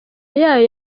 yayo